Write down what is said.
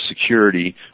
security